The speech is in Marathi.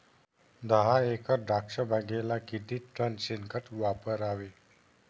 दहा एकर द्राक्षबागेला किती टन शेणखत वापरावे?